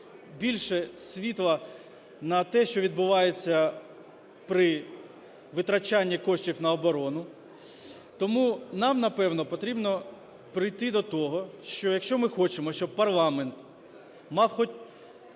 більше світла на те, що відбувається при витрачанні коштів на оборону. Тому нам, напевно, потрібно прийти до того, що якщо ми хочемо, щоб парламент мав хоч